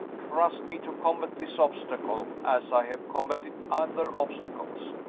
trust me to combat this obstacle as i have combated other obstacles.